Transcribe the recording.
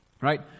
Right